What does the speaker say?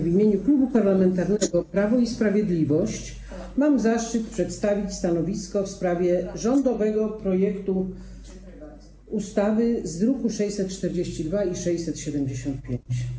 W imieniu Klubu Parlamentarnego Prawo i Sprawiedliwość mam zaszczyt przedstawić stanowisko wobec rządowego projektu ustawy z druków nr 642 i 675.